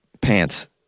pants